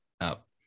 up